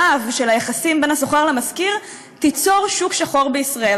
של היחסים בין השוכר למשכיר תיצור שוק שחור בישראל.